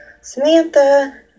Samantha